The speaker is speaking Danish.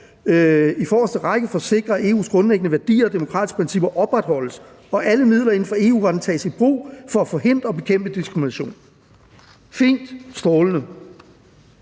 i forreste række for at sikre, at EU's grundlæggende værdier og demokratiske principper opretholdes, og at alle midler inden for EU-retten tages i brug for at forhindre og bekæmpe diskrimination. Fint, strålende.